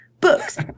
books